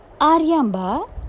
Aryamba